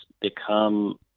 become